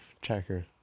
checker